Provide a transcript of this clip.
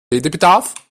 redebedarf